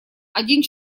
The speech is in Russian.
один